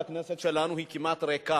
שהכנסת שלנו כמעט ריקה.